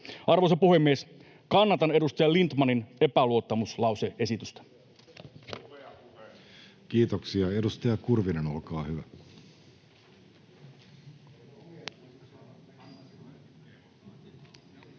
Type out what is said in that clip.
Arvoisa puhemies! Kannatan edustaja Lindtmanin epäluottamuslause-esitystä. Kiitoksia. — Edustaja Kurvinen, olkaa hyvä. Herra